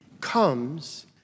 comes